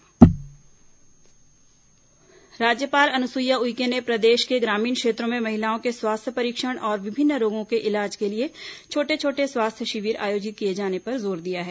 स्वास्थ्य शिविर राज्यपाल राज्यपाल अनुसुईया उइके ने प्रदेश के ग्रामीण क्षेत्रों में महिलाओं के स्वास्थ्य परीक्षण और विभिन्न रोगों के इलाज के लिए छोटे छोटे स्वास्थ्य शिविर आयोजित किए जाने पर जोर दिया है